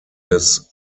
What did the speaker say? des